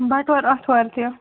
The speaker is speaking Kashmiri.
بَٹوار آتھوار کیٛاہ